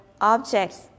objects